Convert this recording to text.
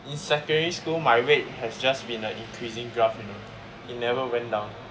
in secondary school my weight has just been an increasing jump you know it never went down